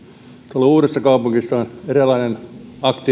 tuolla uudessakaupungissa on eräänlainen